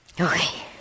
Okay